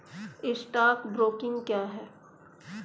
Stock broking क्या है?